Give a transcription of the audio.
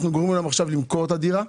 אנחנו גורמים להם עכשיו למכור את הדירה.